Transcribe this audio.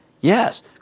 Yes